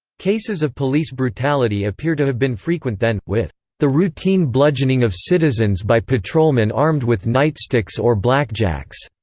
cases of police brutality appear to have been frequent then, with the routine bludgeoning of citizens by patrolmen armed with nightsticks or blackjacks.